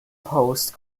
post